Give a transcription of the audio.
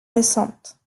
récente